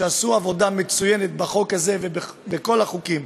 שעשו עבודה מצוינת בחוק הזה ובכל החוקים,